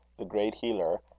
the great healer,